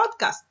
podcast